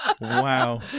Wow